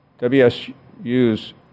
WSU's